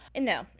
no